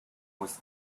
was